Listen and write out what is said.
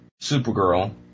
Supergirl